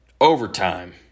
overtime